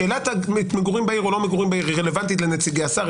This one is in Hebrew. שאלת המגורים בעיר או לא היא רלוונטית לנציגי השר,